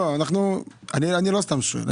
לא סתם אני שואל.